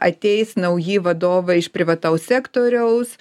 ateis nauji vadovai iš privataus sektoriaus